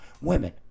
Women